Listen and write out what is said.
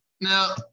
Now